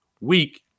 week